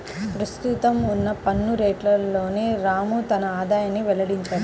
ప్రస్తుతం ఉన్న పన్ను రేట్లలోనే రాము తన ఆదాయాన్ని వెల్లడించాడు